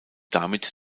damit